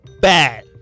bad